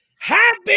Happy